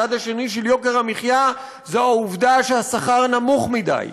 הצד השני של יוקר המחיה הוא העובדה שהשכר נמוך מדי.